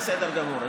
בסדר גמור.